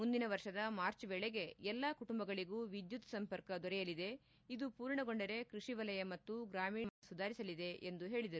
ಮುಂದಿನ ವರ್ಷದ ಮಾರ್ಚ್ ವೇಳೆಗೆ ಎಲ್ಲಾ ಕುಟುಂಬಗಳಿಗೂ ವಿದ್ಯುತ್ ಸಂಪರ್ಕ ದೊರೆಯಲಿದೆ ಇದು ಪೂರ್ಣಗೊಂಡರೆ ಕೃಷಿ ವಲಯ ಮತ್ತು ಗ್ರಾಮೀಣ ಜೀವನಮಟ್ಟ ಸುಧಾರಿಸಲಿದೆ ಎಂದು ಹೇಳಿದರು